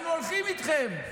היינו הולכים איתכם.